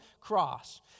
cross